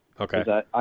Okay